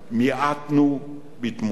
מיעטנו בדמותו.